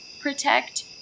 protect